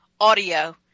audio